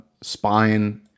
spine